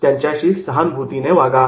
त्यांच्याशी सहानुभूतीने वागा